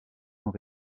sont